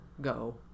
go